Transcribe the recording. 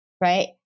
right